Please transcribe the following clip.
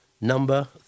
number